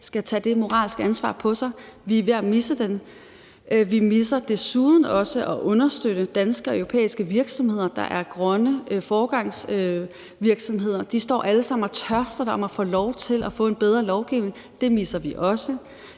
skal tage det moralske ansvar på sig. Vi er ved at misse det. Vi misser desuden også at understøtte danske og europæiske virksomheder, der er grønne foregangsvirksomheder. De står alle sammen og tørster efter at få lov til at få en bedre lovgivning. Det misser vi også.